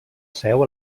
seu